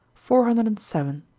four hundred and seven.